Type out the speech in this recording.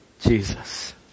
Jesus